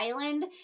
Island